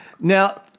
Now